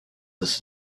this